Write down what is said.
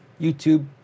youtube